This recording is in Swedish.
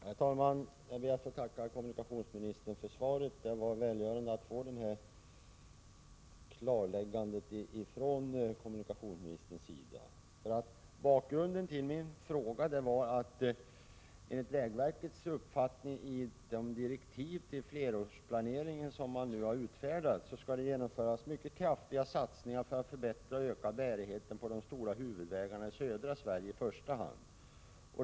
Herr talman! Jag ber att få tacka kommunikationsministern för svaret. Det var välgörande att få detta klarläggande från kommunikationsministern. Bakgrunden till min fråga är att det enligt vägverkets uppfattning, som kommer till uttryck i de direktiv för flerårsplanering som nu utfärdats, skall genomföras mycket kraftiga satsningar för att förbättra och öka bärigheten på de stora huvudvägarna, i första hand i södra Sverige.